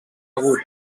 agut